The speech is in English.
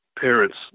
parents